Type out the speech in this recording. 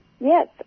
Yes